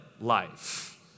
life